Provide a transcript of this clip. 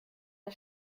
der